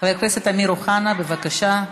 חבר הכנסת אמיר אוחנה, בבקשה.